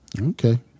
Okay